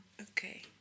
Okay